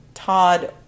Todd